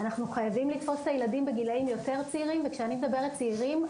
אנחנו חייבים לתפוס את הילדים בגילאים יותר צעירים וכשאני מדברת צעירים,